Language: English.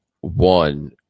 One